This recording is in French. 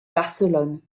barcelone